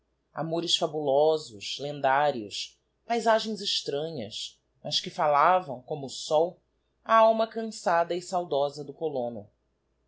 amores fabulosos lendários paizagens extranhas mas que falavam como o sol á alma cançada e saudosa do colono